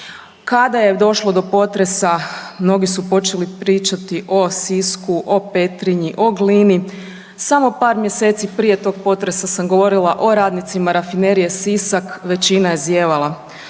Kada je došlo do potresa mnogi su počeli pričati o Sisku, o Petrinji, o Glini. Samo par mjeseci prije tog potresa sam govorila o radnicima Rafinerije Sisak. Većina je zijevala.